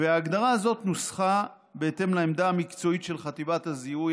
ההגדרה הזאת נוסחה בהתאם לעמדה המקצועית של חטיבת הזיהוי